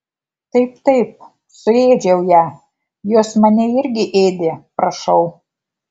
taip taip suėdžiau ją jos mane irgi ėdė prašau